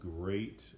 great